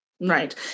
Right